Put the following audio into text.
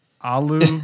Alu